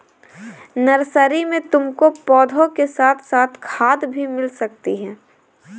nursery में तुमको पौधों के साथ साथ खाद भी मिल सकती है